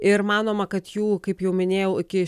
ir manoma kad jų kaip jau minėjau iki